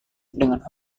dengan